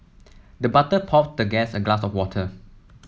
the butler poured the guest a glass of water